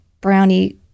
brownie